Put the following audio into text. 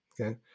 Okay